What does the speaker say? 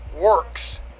works